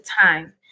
time